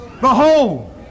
Behold